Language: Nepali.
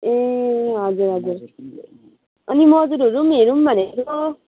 ए हजुर हजुर अनि मजुरहरू पनि हेरौँ भनेको